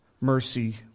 mercy